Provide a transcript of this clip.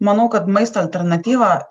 manau kad maisto alternatyva